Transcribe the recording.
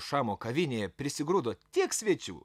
šamo kavinėje prisigrūdo tiek svečių